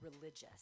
religious